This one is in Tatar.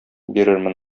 бирермен